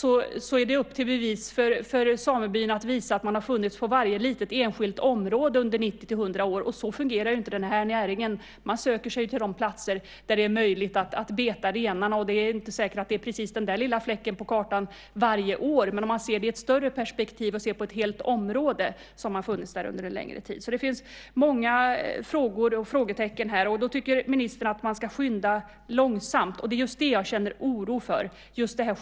Där är det samebyarna som ska bevisa att man har funnits på varje litet enskilt område under 90-100 år, och så fungerar ju inte den här näringen. Man söker sig ju till de platser där det är möjligt att beta renarna. Det är inte säkert att det är precis den där lilla fläcken på kartan varje år. Men om man ser det i ett större perspektiv och ser på ett helt område har man funnits där under en längre tid. Det finns många frågor och frågetecken här. Då tycker ministern att man ska skynda långsamt, och det är just det jag känner oro för.